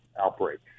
outbreak